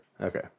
Okay